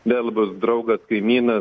vėl bus draugas kaimynas